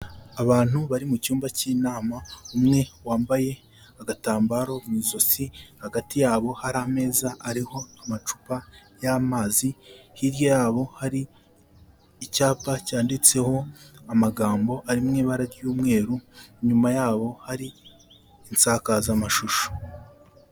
Abantu bari mu cyumba cy'inama, umwe wambaye agatambaro mu ijosi, hagati yabo hari ameza ariho amacupa y'amazi, hirya yabo hari icyapa cyanditseho amagambo ari mu ibara ry'umweru, inyuma yabo hari insakazamashusho.